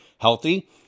healthy